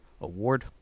award